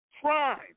Crime